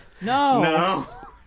no